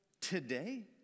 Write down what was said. today